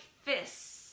fists